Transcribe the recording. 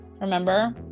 remember